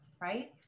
right